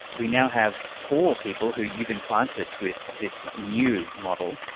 we now have four people who you've implanted with this new model,